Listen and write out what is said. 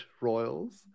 royals